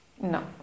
no